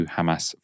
Hamas